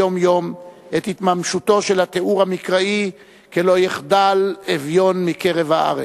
יום-יום את התממשותו של התיאור המקראי: "כי לא יחדל אביון מקרב הארץ".